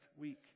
week